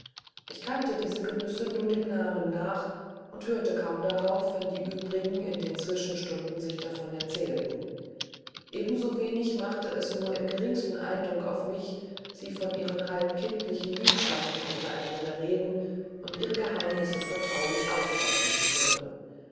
ich kannte diese genüsse nur dem namen nach und hörte kaum darauf wenn die uebrigen in den zwischenstunden sich davon erzählten eben so wenig machte es nur im geringsten eindruck auf mich sie von ihren halb kindischen liebschaften untereinander reden und ihre geheimnisse vertraulich austauschen zu hören